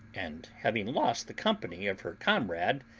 and having lost the company of her comrade,